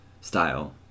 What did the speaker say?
style